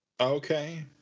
Okay